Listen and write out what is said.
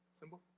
symbol